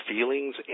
feelings